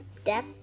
step